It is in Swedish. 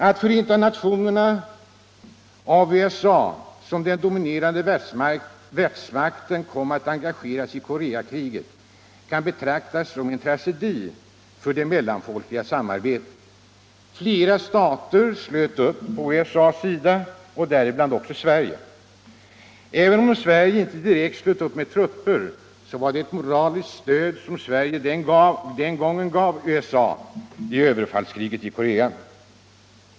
Att Förenta nationerna, genom USA i dess egenskap av den dominerande världsmakten kom att engageras i Koreakriget kan betraktas som en tragedi för det mellanfolkliga samarbetet. Flera stater slöt upp på USA:s sida, däribland Sverige. Även om Sverige inte direkt slöt upp med trupper, så var det ett moraliskt stöd som Sverige den gången gav USA i överfallskriget på Korea.